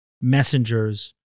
messengers